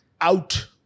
out